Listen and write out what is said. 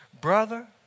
brother